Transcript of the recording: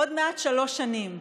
עוד מעט שלוש שנים.